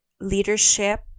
leadership